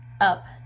up